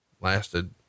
lasted